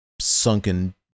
sunken